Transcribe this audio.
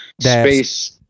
space